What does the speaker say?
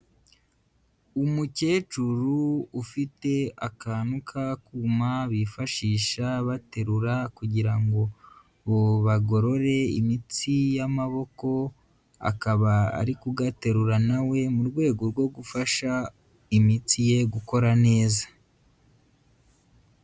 Umukecuru ufite akantu k'akuma bifashisha baterura kugira ngo bagorore imitsi y'amaboko, akaba ari kugaterura nawe mu rwego rwo gufasha imitsi ye gukora neza.